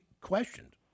questioned